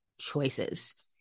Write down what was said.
choices